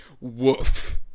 woof